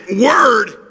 word